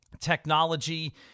technology